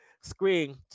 screen